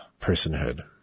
personhood